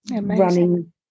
running